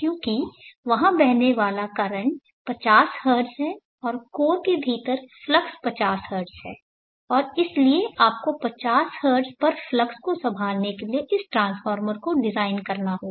क्योंकि वहां बहने वाले कर्रेंटस 50 हर्ट्ज हैं और कोर के भीतर फ्लक्स 50 हर्ट्ज है और इसलिए आपको 50 हर्ट्ज पर फ्लक्स को संभालने के लिए इस ट्रांसफार्मर को डिजाइन करना होगा